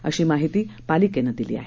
अशी माहिती पालिकेनं दिली आहे